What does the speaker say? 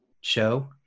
show